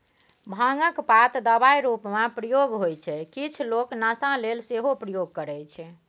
भांगक पात दबाइ रुपमे प्रयोग होइ छै किछ लोक नशा लेल सेहो प्रयोग करय छै